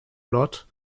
lot